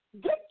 Get